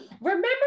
remember